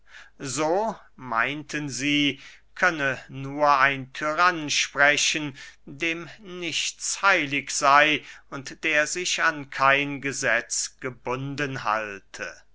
so meinten sie könne nur ein tyrann sprechen dem nichts heilig sey und der sich an kein gesetz gebunden halte